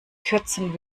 kürzen